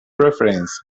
preferences